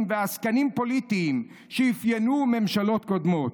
ועסקנים פוליטיים שאפיינו ממשלות קודמות".